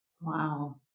Wow